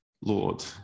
Lord